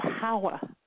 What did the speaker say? power